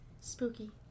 Spooky